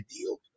deal